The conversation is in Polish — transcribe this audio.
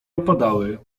opadały